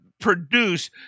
produce